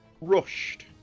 rushed